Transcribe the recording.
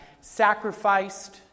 sacrificed